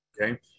Okay